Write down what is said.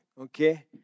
Okay